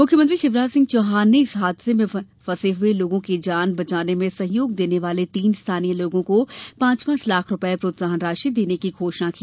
मुख्यमंत्री शिवराज सिंह चौहान ने इस हादसे में फंसे हुए लोगों की जान बचाने में सहयोग देने वाले तीन स्थानीय लोगों को पांच पांच लाख रूपये प्रोत्साहन राशि देने की घोषणा की